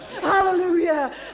hallelujah